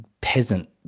Peasant